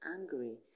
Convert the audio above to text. angry